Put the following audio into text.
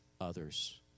others